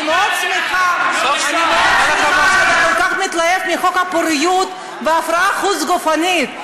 אני מאוד שמחה שאתה מתלהב מחוק הפוריות וההפריה החוץ-גופית,